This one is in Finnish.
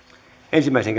ensimmäiseen